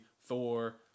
Thor